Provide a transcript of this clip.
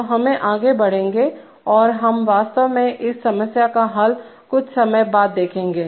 तो हम आगे बढ़ेंगे और हम वास्तव में इस समस्या का हल कुछ समय बाद देखेंगे